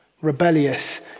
rebellious